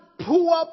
poor